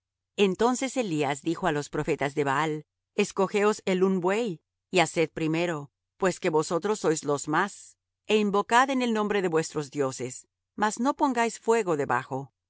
entonces elías dijo á los profetas de baal escogeos el un buey y haced primero pues que vosotros sois los más é invocad en el nombre de vuestros dioses mas no pongáis fuego debajo